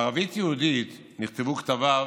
בערבית-יהודית נכתבו כתביו